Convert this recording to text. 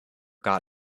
got